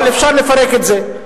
אבל אפשר לפרק את זה.